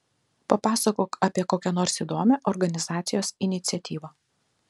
papasakok apie kokią nors įdomią organizacijos iniciatyvą